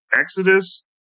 Exodus